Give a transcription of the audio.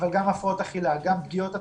אבל גם הפרעות אכילה, גם פגיעות עצמיות,